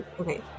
okay